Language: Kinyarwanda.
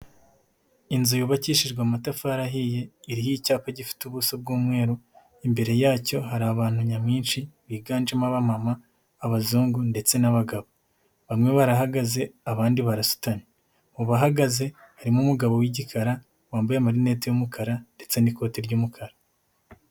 Inzu yubakishijwe amatafari ahiye, iriho icyapa gifite ubuso bw'umweru, imbere yacyo hari abantu nyamwinshi, biganjemo abamama, abazungu ndetse n'abagabo, bamwe barahagaze abandi barasitanye, mu bahagaze harimo umugabo w'igikara wambaye marineti y'umukara ndetse n'ikoti ry'umukara.